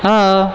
हो